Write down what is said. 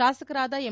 ಶಾಸಕರಾದ ಎಂ